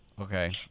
Okay